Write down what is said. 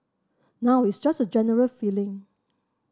now it's just a general feeling